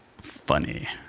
funny